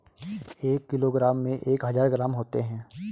एक किलोग्राम में एक हजार ग्राम होते हैं